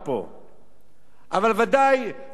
אבל ודאי לא פחות ממעשה סדום,